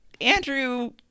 Andrew